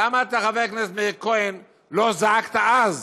למה אתה, חבר הכנסת מאיר כהן, לא זעקת אז,